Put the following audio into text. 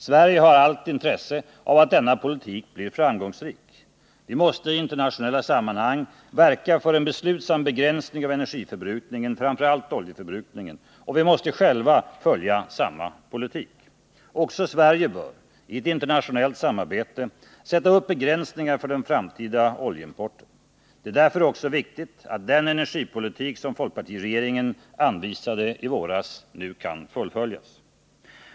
Sverige har allt intresse av att denna politik blir framgångsrik. Vi måste i internationella sammanhang verka för en beslutsam begränsning av energiförbrukningen, framför allt oljeförbrukningen, och vi måste själva följa samma politik. Också Sverige bör — i ett internationellt samarbete — sätta upp begränsningar för den framtida oljeimporten. Det är därför också viktigt att den energipolitik som folkpartiregeringen anvisade i våras nu kan fullföljas.